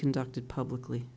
conducted publicly